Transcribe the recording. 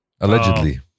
allegedly